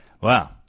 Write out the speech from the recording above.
Wow